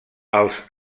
els